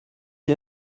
dir